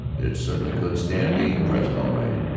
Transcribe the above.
it certainly could stand being pressed, all right.